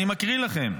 אני מקריא לכם: